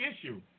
issue